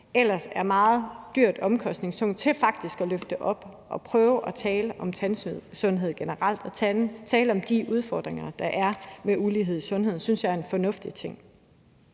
ellers er meget dyrt og omkostningsfuldt, til faktisk at løfte det op og prøve at tale om tandsundhed generelt og tale om de udfordringer, der er med ulighed i sundheden, synes jeg er en fornuftig ting.